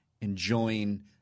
enjoying